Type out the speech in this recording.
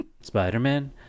Spider-Man